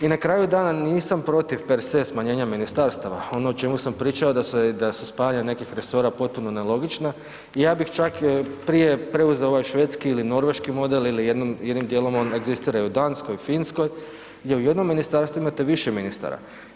Ni na kraju dana nisam protiv per se smanjenja ministarstava, ono o čemu sam pričao, da se spajanja nekih resora potpuno nelogična i ja bih čak, prije preuzeo ovaj švedski ili norveški model ili jednim dijelom on egzistira i u Danskoj, Finskoj, gdje u ministarstvima imate više ministara.